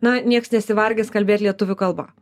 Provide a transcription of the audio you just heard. na nieks nesivargins kalbėt lietuvių kalba